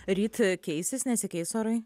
ryt keisis nesikeis orai